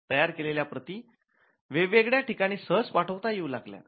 तयार केलेल्या प्रति वेगवेगळ्या ठिकाणी सहज पाठवता येऊ लागल्यात